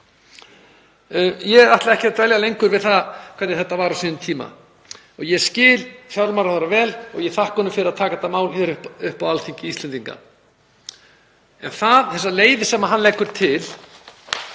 Ég ætla ekki að dvelja lengur við það hvernig þetta var á sínum tíma. Ég skil fjármálaráðherra vel og ég þakka honum fyrir að taka þetta mál upp á Alþingi Íslendinga. En þær leiðir sem hann leggur til